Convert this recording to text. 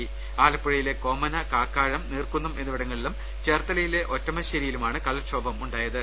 അമ്പല പ്പുഴയിലെ കോമന കാക്കാഴം നീർക്കുന്നം എന്നിവിടങ്ങളിലും ചേർത്തലയിലെ ഒറ്റമശ്ശേരിയിലുമാണ് കടൽക്ഷോഭം ഉണ്ടായ ത്